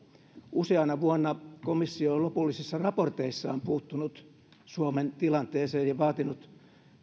useana vuonna komissio on lopullisissa raporteissaan puuttunut suomen tilanteeseen ja vaatinut